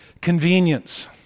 convenience